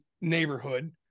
neighborhood